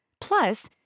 Plus